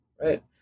right